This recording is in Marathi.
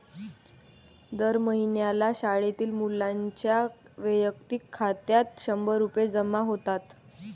दर महिन्याला शाळेतील मुलींच्या वैयक्तिक खात्यात शंभर रुपये जमा होतात